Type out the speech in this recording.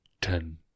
Ten